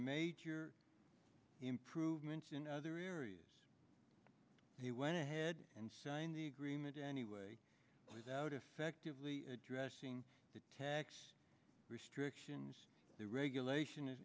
major improvements in other areas he went ahead and sign the agreement anyway without effectively addressing the tax restrictions the regulation